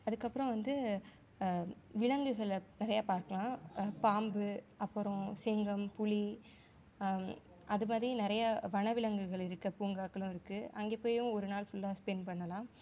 அதுக்கப்புறம் வந்து விலங்குகளை நிறையா பார்க்கலாம் பாம்பு அப்புறம் சிங்கம் புலி அதுமாதிரி நிறைய வன விலங்குகள் இருக்கற பூங்காக்களும் இருக்குது அங்கே போயும் ஒரு நாள் ஃபுல்லாக ஸ்பெண்ட் பண்ணலாம்